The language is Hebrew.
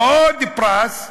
עוד פרס: